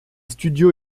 studios